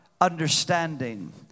understanding